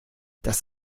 das